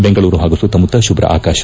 ಬೆಂಗಳೂರು ಹಾಗೂ ಸುತ್ತಮುತ್ತ ಶುಭ್ಧ ಆಕಾಶ